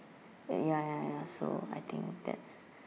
ya ya ya so I think that's